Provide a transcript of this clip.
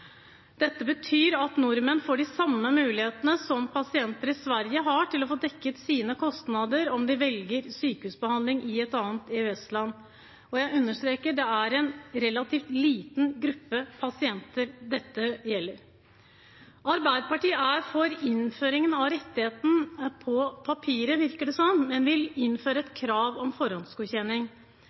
Dette betyr at nordmenn får de samme mulighetene som pasienter i Sverige har til å få dekket sine kostnader om de velger sykehusbehandling i et annet EØS-land, og jeg understreker at det er en relativt liten gruppe pasienter dette gjelder. Arbeiderpartiet er for innføringen av rettigheten på papiret, virker det som, men vil innføre et krav om forhåndsgodkjenning.